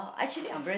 a friend